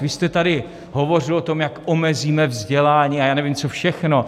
Vy jste tady hovořil o tom, jak omezíme vzdělání a já nevím, co všechno.